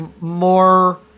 more